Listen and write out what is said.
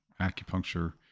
acupuncture